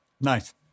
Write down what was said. Nice